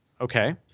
Okay